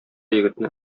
егетне